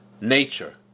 nature